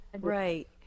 Right